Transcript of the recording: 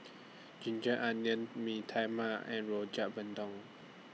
Ginger Onions Mee Tai Mak and Rojak Bandung